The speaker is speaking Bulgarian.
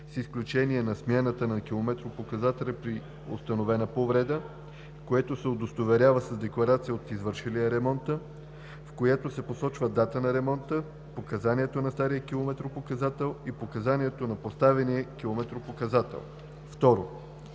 с изключение на смяната на километропоказателя при установена повреда, което се удостоверява с декларация от извършилия ремонта, в която са посочени дата на ремонта, показанието на стария километропоказател и показанието на поставения километропоказател“. 2.